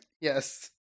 Yes